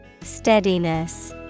Steadiness